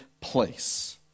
place